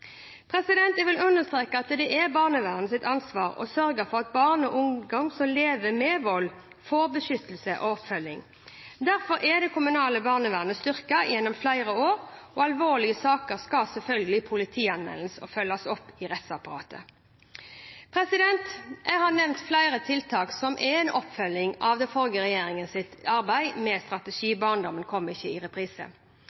Jeg vil understreke at det er barnevernets ansvar å sørge for at barn og ungdom som lever med vold, får beskyttelse og oppfølging. Derfor er det kommunale barnevernet styrket gjennom flere år, og alvorlige saker skal selvfølgelig politianmeldes og følges opp i rettsapparatet. Jeg har nevnt flere tiltak som er en oppfølging av den forrige regjeringens arbeid med